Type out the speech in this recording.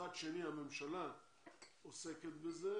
ומצד שני הממשלה עוסקת בזה